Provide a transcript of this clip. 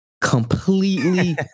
completely